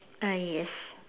uh yes